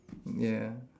ya